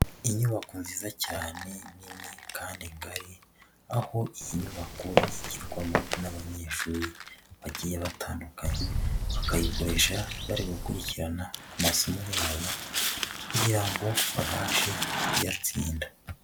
Inyubako nziza cyane nini kandi ngari aho inyubako yigamo n'abanyeshuri bagiye batandukanye bakayikoresha bari gukurikirana amasomo yabo kugira ngo babashe kuyatsinda.